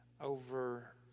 over